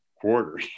quarter